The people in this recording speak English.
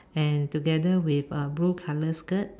and together with a blue color skirt